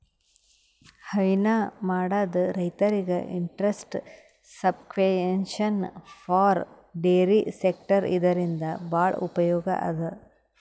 ಹೈನಾ ಮಾಡದ್ ರೈತರಿಗ್ interest subvention for dairy sector ಇದರಿಂದ್ ಭಾಳ್ ಉಪಯೋಗ್ ಅದಾ